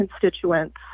constituents